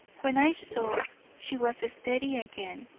when i saw she was steady again,